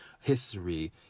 History